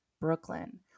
Brooklyn